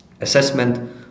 assessment